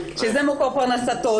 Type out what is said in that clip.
שזה מקור פרנסתו,